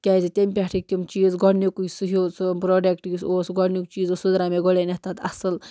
کیٛازِ تَمہِ پٮ۪ٹھٕکۍ تِم چیٖز گۄڈٕنیُکُے سُہ ہیوٗ سُہ پرٛوڈکٹ یُس اوس سُہ گۄڈنیُک چیٖز اوس سُہ درٛاو مےٚ گۄڈٕنٮ۪تھ تَتھ اصٕل